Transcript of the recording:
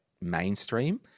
mainstream